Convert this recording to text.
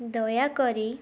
ଦୟାକରି